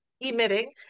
Emitting